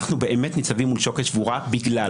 אנחנו באמת ניצבים מול שוקת שבורה בגלל